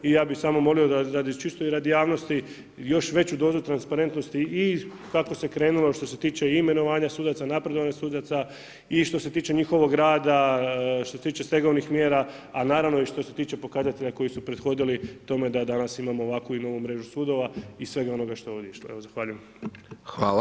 I ja bih samo molio da čisto i radi javnosti još veću dozu transparentnosti i kako se krenulo što se tiče imenovanja sudaca, napredovanja sudaca i što se tiče njihovog rada, što se tiče stegovnih mjera, a naravno i što se tiče pokazatelja koji su prethodili tome da danas imamo ovakvu i novu mrežu sudova i svega onoga što je ovdje išlo.